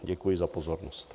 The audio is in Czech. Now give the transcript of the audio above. Děkuji za pozornost.